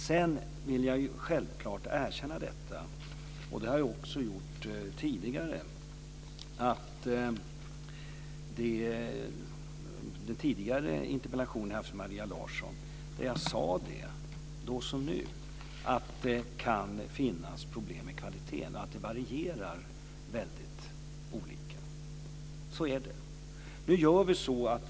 Sedan vill jag självklart erkänna - och det har jag gjort även med anledning av Maria Larssons tidigare interpellation - att det kan finnas problem med kvaliteten, som kan vara mycket varierande. Så är det.